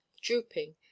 drooping